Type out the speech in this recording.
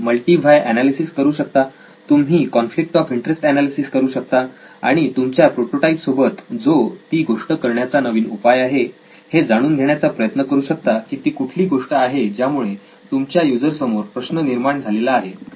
तुम्ही multi why analysis करू शकता तुम्ही कॉन्फ्लिक्ट ऑफ इंटरेस्ट एनालिसिस करू शकता आणि तुमच्या प्रोटोटाईप सोबत जो ती गोष्ट करण्याचा नवीन उपाय आहे हे जाणून घेण्याचा प्रयत्न करू शकता की ती कुठली गोष्ट आहे ज्यामुळे तुमच्या युजर समोर प्रश्न निर्माण झालेला आहे